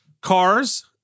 cars